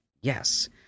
yes